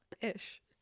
Ish